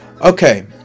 Okay